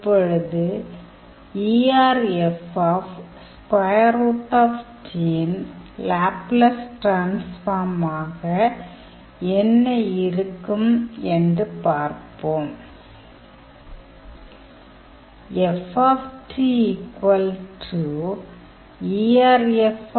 இப்பொழுது erf யின் Laplace டிரான்ஸ்ஃபார்மாக என்ன இருக்கும் என்று பார்ப்போம்